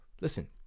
Listen